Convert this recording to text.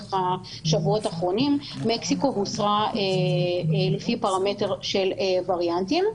לאורך השבועות האחרונים מקסיקו הוסרה לפי פרמטר של וריאנטים.